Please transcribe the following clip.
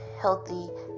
healthy